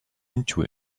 into